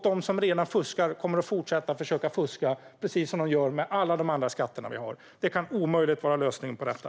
De som redan fuskar kommer att fortsätta att försöka fuska precis som de gör med alla de andra skatterna vi har. Det kan omöjligt vara lösningen på detta.